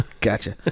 Gotcha